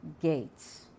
gates